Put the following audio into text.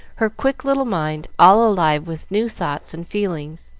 her quick little mind all alive with new thoughts and feelings.